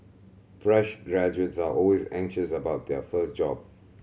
fresh graduates are always anxious about their first job